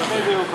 בדיוק ככה.